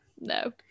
No